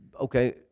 okay